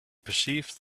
perceived